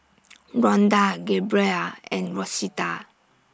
Ronda Gabriella and Rosita